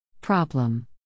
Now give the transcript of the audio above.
Problem